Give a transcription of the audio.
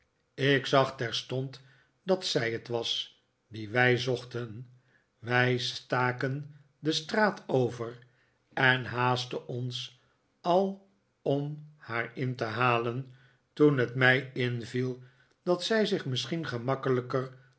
ik zag terstond dat zij het was die wij zochten wij staken de straat over en haastten ons al om haar in te halen toen het mij inviel dat zij zich misschien gemakkelijker